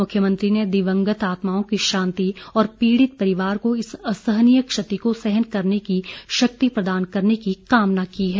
मुख्यमंत्री ने दिवंगत आत्माओं की शान्ति और पीड़ित परिवार को इस असहनीय क्षर्ति को सहन करने की शॅक्ति प्रदान करने की कामना की है